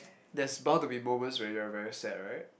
there's bound to be moments when you're very sad right